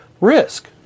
risk